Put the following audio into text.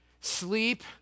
sleep